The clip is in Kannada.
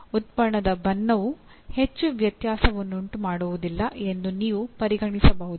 ಉತ್ಪನ್ನದ ಬಣ್ಣವು ಹೆಚ್ಚು ವ್ಯತ್ಯಾಸವನ್ನುಂಟು ಮಾಡುವುದಿಲ್ಲ ಎಂದು ನೀವು ಪರಿಗಣಿಸಬಹುದು